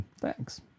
thanks